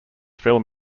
film